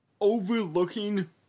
overlooking